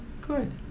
Good